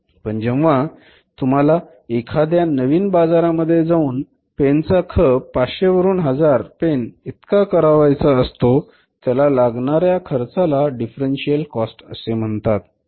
पण जेव्हा तुम्हाला एखाद्या नवीन बाजारामध्ये जाऊन पेनचा खप 500 वरून हजार पेन इतका करायचा असतो त्याला लागणाऱ्या खर्चाला डिफरन्सियल कॉस्ट असे म्हणतात